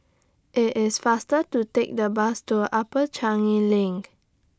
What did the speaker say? IT IS faster to Take The Bus to Upper Changi LINK